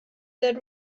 did